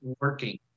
working